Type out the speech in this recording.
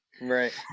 Right